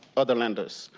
other lenders,